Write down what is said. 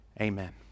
Amen